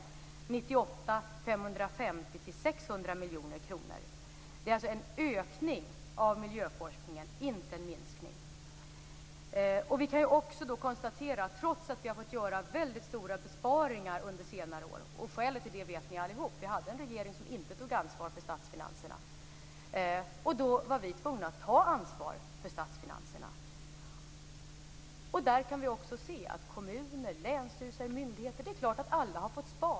År 1998 blir det 550-600 miljoner kronor. Det är alltså en ökning av miljöforskningen, inte en minskning. Vi kan också konstatera att vi har fått göra väldigt stora besparingar under senare år, och skälet till det vet ni allihop. Vi hade en regering som inte tog ansvar för statsfinanserna. Då var vi tvungna att ta ansvar för statsfinanserna. Det är klart att alla har fått spara, kommuner, länsstyrelser, myndigheter.